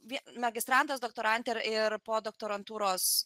magistrantas doktorantė ir po doktarantūros